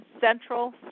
Central